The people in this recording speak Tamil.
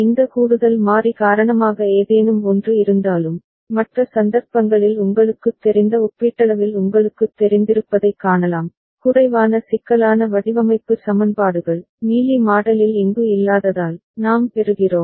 இந்த கூடுதல் மாறி காரணமாக ஏதேனும் ஒன்று இருந்தாலும் மற்ற சந்தர்ப்பங்களில் உங்களுக்குத் தெரிந்த ஒப்பீட்டளவில் உங்களுக்குத் தெரிந்திருப்பதைக் காணலாம் குறைவான சிக்கலான வடிவமைப்பு சமன்பாடுகள் மீலி மாடலில் இங்கு இல்லாததால் நாம் பெறுகிறோம்